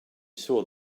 saw